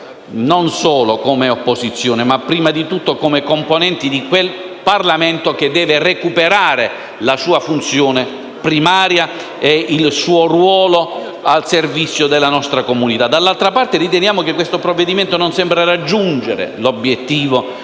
non solo come opposizione, ma prima di tutto come componenti di un Parlamento che deve recuperare la sua funzione primaria e il suo ruolo al servizio della nostra comunità. Dall'altra parte, riteniamo che il provvedimento in esame non sembra raggiungere l'obiettivo